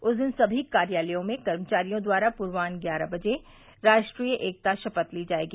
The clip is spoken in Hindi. उस दिन समी कार्यालयों में कर्मचारियों द्वारा पूर्वान्ह ग्यारह बजे राष्ट्रीय एकता शपथ ली जायेगी